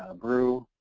ah brew